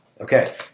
Okay